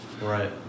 right